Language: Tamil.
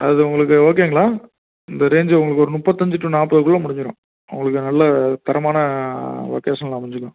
அது உங்களுக்கு ஓகேங்களா இந்த ரேஞ்சு உங்களுக்கு ஒரு முப்பத்தஞ்சு டூ நாற்பதுக்குள்ள முடிஞ்சுடுரும் உங்களுக்கு நல்ல தரமான லொக்கேஷனில் அமைஞ்சிடும்